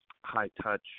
high-touch